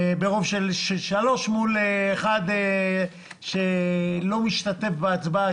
ברוב של שלושה מול אחד שלא משתתף בהצבעה,